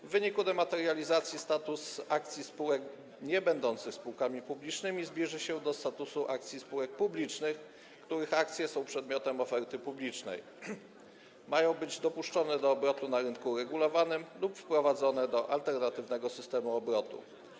W wyniku dematerializacji status akcji spółek niebędących spółkami publicznymi zbliży się do statusu akcji spółek publicznych, które są przedmiotem oferty publicznej, mają być dopuszczone do obrotu na rynku regulowanym lub wprowadzone do alternatywnego systemu obrotu.